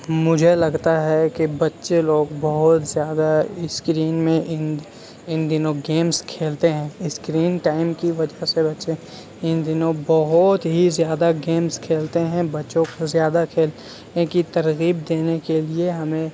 مجھے لگتا ہے کہ بچے لوگ بہت زیادہ اسکرین میں ان دنوں گیمس کھیلتے ہیں اسکرین ٹائم کی وجہ سے بچے ان دنوں بہت ہی زیادہ گیمس کھیلتے ہیں بچوں کو زیادہ کھیلنے کی ترغیب دینے کے لیے ہمیں